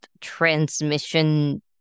transmission